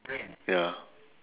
ya